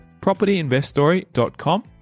PropertyInvestStory.com